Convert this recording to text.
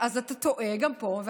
אז אתה טועה גם פה.